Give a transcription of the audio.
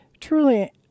Truly